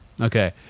okay